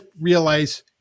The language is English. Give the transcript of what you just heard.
realize